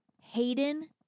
Hayden